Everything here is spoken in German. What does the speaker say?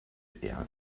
eher